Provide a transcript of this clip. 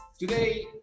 Today